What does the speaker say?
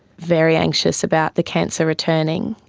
very anxious about the cancer returning.